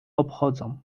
obchodzą